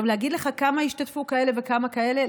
להגיד לך כמה השתתפו כאלה וכמה כאלה,